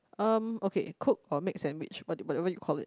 um okay cook for make sandwich what what you called it